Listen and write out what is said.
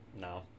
no